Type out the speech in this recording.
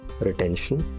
retention